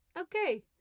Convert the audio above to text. Okay